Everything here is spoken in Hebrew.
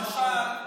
תשאל אותו.